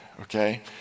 okay